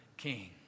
king